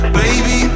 baby